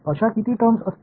अशा किती टर्म्स असतील